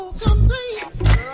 complete